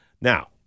Now